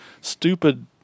stupid